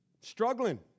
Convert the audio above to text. struggling